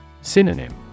Synonym